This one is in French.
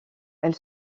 elle